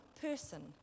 person